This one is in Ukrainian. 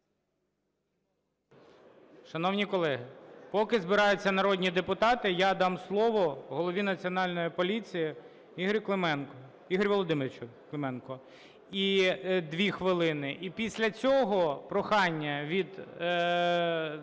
Шановні колеги, поки збираються народні депутати, я дам слово голові Національної поліції Ігорю Клименку, Ігорю Володимировичу Клименку. Дві хвилини. І після цього прохання від